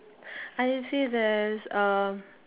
I see there's um